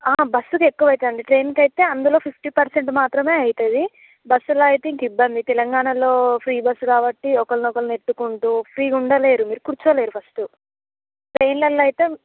బస్కి ఎక్కువ అవుతాయి అండి ట్రైన్కు అయితే అందులో ఫిఫ్టీ పర్సెంట్ మాత్రమే అవుతుంది బస్లో అయితే ఇంకా ఇబ్బంది తెలంగాణలో ఫ్రీ బస్ కాబట్టి ఒకరినొకరు నెట్టుకుంటు ఫ్రీగా ఉండలేరు మీరు కూర్చోలేరు ఫస్ట్ ట్రైన్లలో అయితే